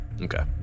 okay